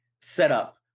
setup